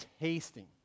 tasting